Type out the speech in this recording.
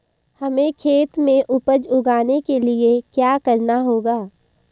हमें खेत में उपज उगाने के लिये क्या करना होगा?